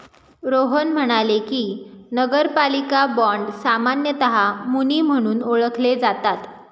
रोहन म्हणाले की, नगरपालिका बाँड सामान्यतः मुनी म्हणून ओळखले जातात